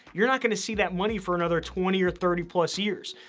you're not gonna see that money for another twenty or thirty plus years.